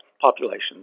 populations